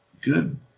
good